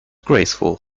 graceful